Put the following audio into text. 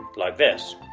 like this.